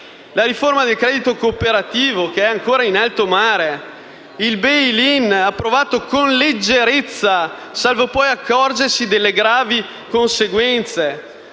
la riforma del credito cooperativo, che è ancora in alto mare; il *bail in* approvato con leggerezza, salvo poi accorgersi delle gravi conseguenze,